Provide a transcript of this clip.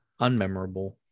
unmemorable